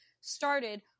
started